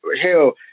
hell